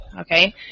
okay